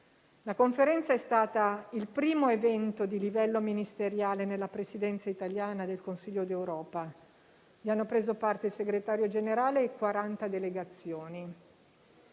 La Conferenza è stata il primo evento di livello ministeriale nell'ambito della Presidenza italiana del Consiglio d'Europa: vi hanno preso parte il Segretario generale e 40 delegazioni.